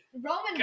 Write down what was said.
Roman